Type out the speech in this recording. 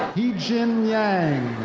heejin yang.